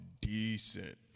decent